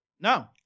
No